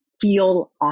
feel